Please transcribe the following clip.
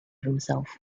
himself